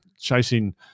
chasing